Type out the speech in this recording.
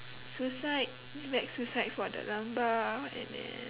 suicide back suicide for the number and then